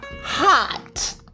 hot